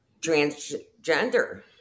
transgender